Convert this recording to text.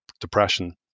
Depression